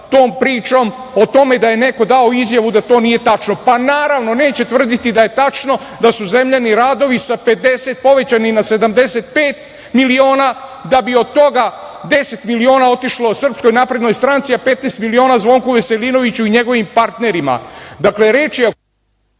tom pričo o tome da je neko dao izjavu da to nije tačno, pa, naravno neće tvrditi da je tačno, da su zemljani radovi sa 50 povećani na 75 miliona, da bi od toga deset miliona otišlo SNS, a 15 miliona Zvonku Veselinoviću i njegovim partnerima.